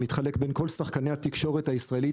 מתחלק בין כל שחקני התקשורת הישראלית